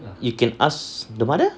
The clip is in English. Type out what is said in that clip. you can ask the mother